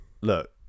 Look